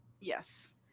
Yes